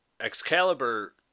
Excalibur